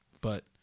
but-